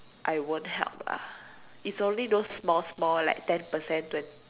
I won't help lah it's only all those small small like ten percent twen~